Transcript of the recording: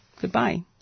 Goodbye